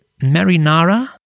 Marinara